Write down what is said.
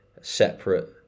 separate